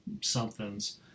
somethings